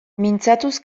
mintzatuz